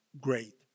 great